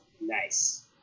Nice